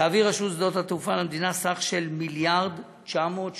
תעביר רשות שדות התעופה למדינה סך של 1.93 מיליארד ש"ח,